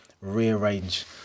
rearrange